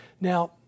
Now